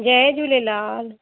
Jay Jhulelal